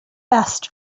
best